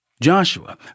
Joshua